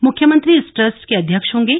मुख्यमंत्री इस ट्रस्ट के अध्यक्ष होंगे